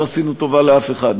לא עשינו טובה לאף אחד,